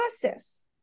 process